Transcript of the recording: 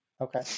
Okay